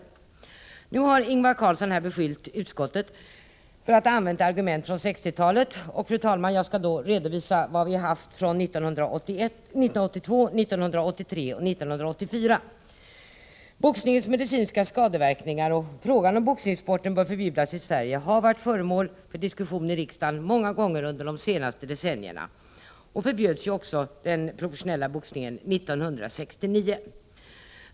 Ingvar Karlsson i Bengtsfors har här beskyllt utskottet för att ha använt argument från 1960-talet, och jag skall då redogöra för vad vi haft att redovisa från 1982, 1983 och 1984. Boxningens medicinska skadeverkningar och frågan, huruvida boxningssporten bör förbjudas i Sverige, har varit föremål för diskussion i riksdagen många gånger under de senaste decennierna, och den professionella boxningen förbjöds 1969.